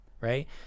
right